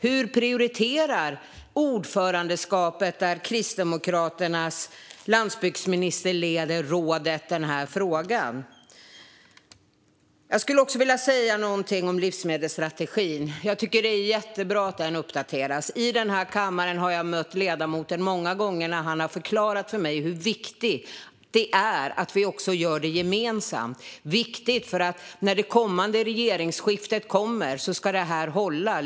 Hur prioriterar ordförandeskapet, där Kristdemokraternas landsbygdsminister leder rådet, den här frågan? Jag skulle också vilja säga något om livsmedelsstrategin. Jag tycker att det är jättebra att den uppdateras. Jag har mött ledamoten många gånger i den här kammaren när han har förklarat för mig hur viktigt det är att vi gör det gemensamt. Det är viktigt, för när regeringsskiftet kommer ska detta hålla.